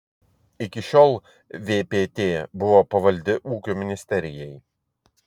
iki šiol vpt buvo pavaldi ūkio ministerijai